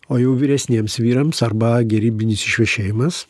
o jau vyresniems vyrams arba gerybinis išvešėjimas